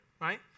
right